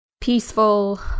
peaceful